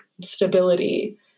stability